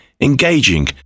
engaging